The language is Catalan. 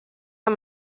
amb